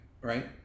right